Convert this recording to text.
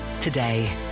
today